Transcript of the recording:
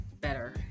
better